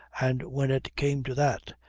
and when it came to that,